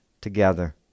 together